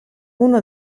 uno